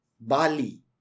Bali